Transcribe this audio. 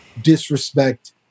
disrespect